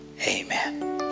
Amen